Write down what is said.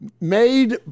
made